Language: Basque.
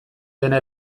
dena